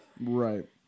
Right